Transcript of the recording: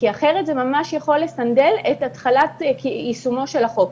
אחרת זה ממש יכול לסנדל את התחלת יישומו של החוק.